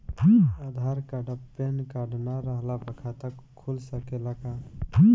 आधार card आ PAN card ना रहला पर खाता खुल सकेला का?